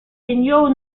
segnò